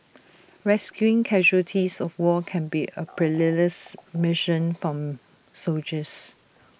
rescuing casualties of war can be A perilous mission for soldiers